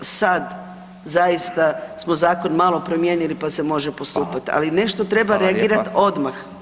Sad zaista smo zakon malo promijenili, pa se može postupat, ali ne što treba reagirat odmah.